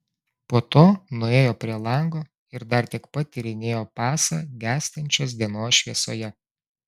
po to nuėjo prie lango ir dar tiek pat tyrinėjo pasą gęstančios dienos šviesoje